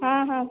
हां हां